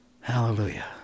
hallelujah